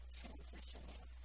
transitioning